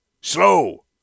Slow